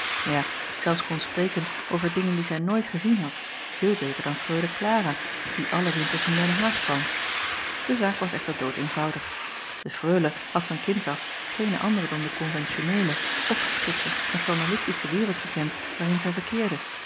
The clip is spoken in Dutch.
ja zelfs kon spreken over dingen die zij nooit gezien had veel beter dan reule lara die alle winters in den aag kwam e zaak was echter doodeenvoudig e reule had van kinds af geene andere dan de konventioneele opgeschikte en formalistische wereld gekend waarin zij verkeerde